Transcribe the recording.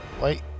Wait